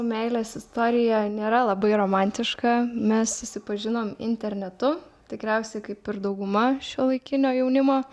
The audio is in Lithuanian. meilės istorija nėra labai romantiška mes susipažinom internetu tikriausiai kaip ir dauguma šiuolaikinio jaunimo